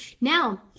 Now